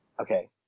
Okay